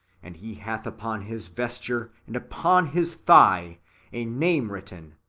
and he hath upon his vesture and upon his thigh a name written.